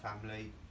family